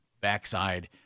backside